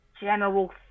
general